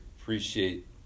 appreciate